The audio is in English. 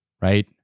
right